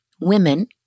Women